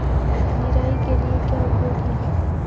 निराई के लिए क्या उपयोगी है?